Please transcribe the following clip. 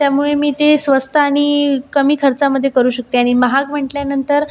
त्यामुळे मी ते स्वस्त आणि कमी खर्चामध्ये करू शकते आणि महाग म्हटल्यानंतर